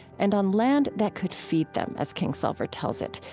and on land that could feed them, as kingsolver tells it,